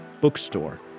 bookstore